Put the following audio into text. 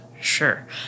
sure